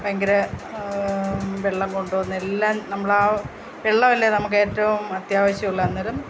ഭയങ്കര വെള്ളം കൊണ്ടുവന്ന് എല്ലാം നമ്മൾ ആ വെള്ളമല്ലേ നമുക്ക് ഏറ്റവും അത്യാവശ്യമുള്ള അന്നേരം